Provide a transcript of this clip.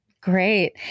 Great